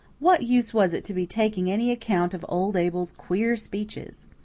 what use was it to be taking any account of old abel's queer speeches?